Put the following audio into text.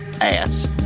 ass